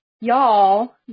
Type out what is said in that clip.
Y'all